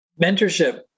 Mentorship